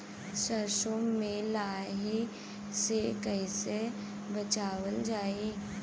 सरसो में लाही से कईसे बचावल जाई?